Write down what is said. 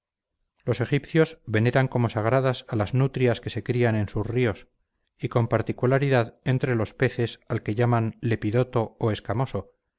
los egipcios veneran como sagradas a las nutrias que se crían en sus ríos y con particularidad entre los peces al que llaman lepidoto o escamoso